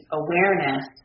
awareness